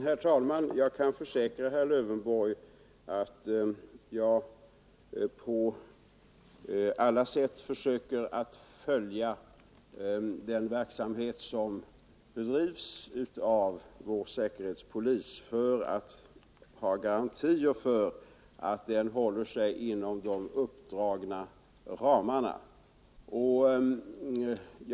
Herr talman! Jag kan försäkra herr Lövenborg att jag på alla sätt försöker följa den verksamhet som bedrivs av vår säkerhetspolis för att ha garantier för att den håller sig inom de uppdragna ramarna.